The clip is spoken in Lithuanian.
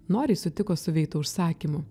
noriai sutiko su veito užsakymo